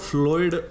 Floyd